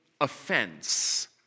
offense